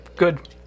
Good